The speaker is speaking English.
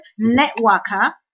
Networker